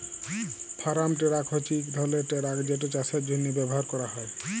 farm tractor হছে ইক ধরলের টেরাক যেট চাষের জ্যনহে ব্যাভার ক্যরা হয়